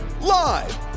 Live